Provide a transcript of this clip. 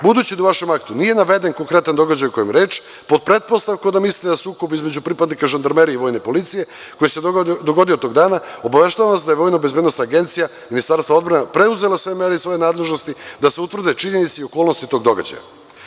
Budući da u vešem aktu nije naveden konkretan događaj o kome je rečpod pretpostavkom da mislite na sukob između pripadnika žandarmerije i vojne policije koji se dogodio tog dana, obaveštavam vas da VBA i Ministarstvo odbrane preuzelo sve mere iz svoje nadležnosti da se utvrde činjenice i okolnosti tog događaja.